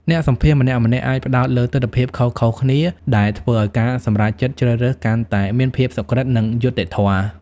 អ្នកសម្ភាសន៍ម្នាក់ៗអាចផ្តោតលើទិដ្ឋភាពខុសៗគ្នា ដែលធ្វើឲ្យការសម្រេចចិត្តជ្រើសរើសកាន់តែមានភាពសុក្រឹត និងយុត្តិធម៌។